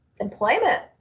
employment